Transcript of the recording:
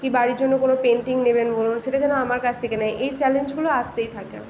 কী বাড়ির জন্য কোনো পেন্টিং নেবেন বলুন সেটা যেন আমার কাছ থেকে নেয় এই চ্যালেঞ্জগুলো আসতেই থাকে